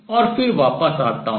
और फिर वापस आता हूँ